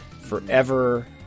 forever